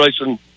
racing